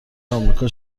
آمریکا